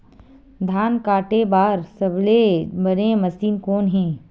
धान काटे बार सबले बने मशीन कोन हे?